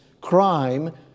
crime